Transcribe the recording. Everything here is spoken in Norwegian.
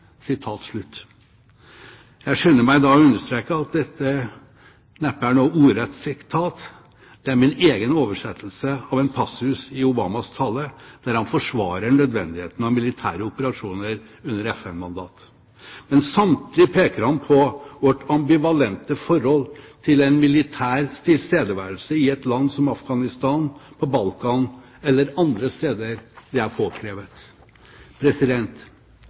Jeg skynder meg å understreke at dette neppe er noe ordrett sitat – det er min egen oversettelse av en passus i Obamas tale, der han forsvarer nødvendigheten av militære operasjoner under FN-mandat. Men samtidig peker han på vårt ambivalente forhold til en militær tilstedeværelse i et land som Afghanistan, på Balkan eller andre steder der det er påkrevet.